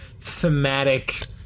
thematic